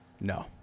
no